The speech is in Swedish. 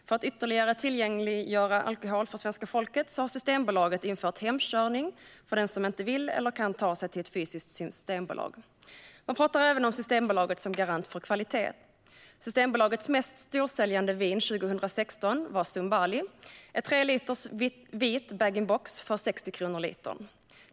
För att ytterligare tillgängliggöra alkoholen för svenska folket har Systembolaget infört hemkörning för den som inte vill eller kan ta sig till ett fysiskt systembolag. Man pratar även om Systembolaget som garant för kvalitet. Systembolagets mest storsäljande vin 2016 var Zumbali - en tre liters vit bag-in-box för 60 kronor litern.